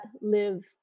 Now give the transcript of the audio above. live